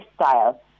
lifestyle